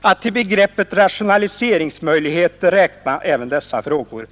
att till begreppet rationaliseringsmöjligheter även räkna dessa frågor.